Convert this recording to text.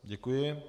Děkuji.